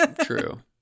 true